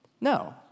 No